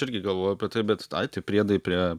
irgi galvojau apie tai bet ai tie priedai prie